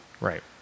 Right